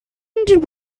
ended